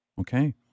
Okay